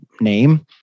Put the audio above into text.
name